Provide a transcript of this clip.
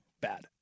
bad